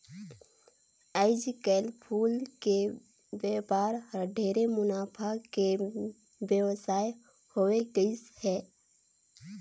आयज कायल फूल के बेपार हर ढेरे मुनाफा के बेवसाय होवे गईस हे